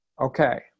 Okay